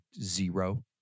zero